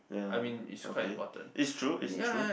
ya okay is true is true